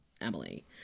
Emily